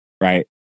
Right